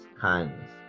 kindness